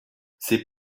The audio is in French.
c’est